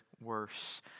worse